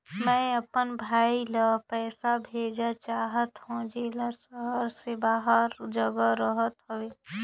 मैं अपन भाई ल पइसा भेजा चाहत हों, जेला शहर से बाहर जग रहत हवे